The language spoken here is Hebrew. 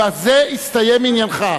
בזה הסתיים עניינך.